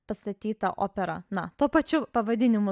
pastatyta opera na tuo pačiu pavadinimu